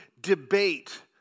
debate